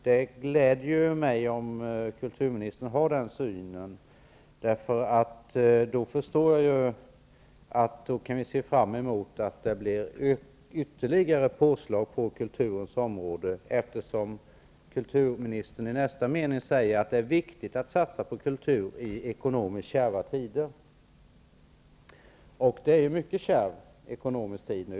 Det gläder mig om kulturministern har den synen, därför att då förstår jag att vi kan se fram emot att det blir ytterligare påslag på kulturens område, eftersom kulturministern i nästa mening säger att det är viktigt att satsa på kultur i ekonomiskt kärva tider. Det är en ekonomiskt mycket kärv tid nu.